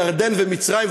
ירדן ומצרים,